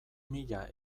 mila